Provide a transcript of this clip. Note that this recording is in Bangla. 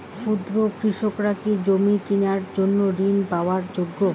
ক্ষুদ্র কৃষকরা কি কৃষিজমি কিনার জন্য ঋণ পাওয়ার যোগ্য?